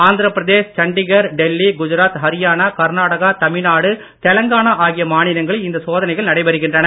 ஆந்திரப் பிரதேஷ் சண்டிகார் டெல்லி குஜராத் ஹரியானா கர்நாடகா தமிழ்நாடு தெலுங்கானா ஆகிய மாநிலங்களில் இந்த சோதனைகள் நடைபெறுகின்றன